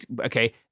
Okay